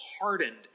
hardened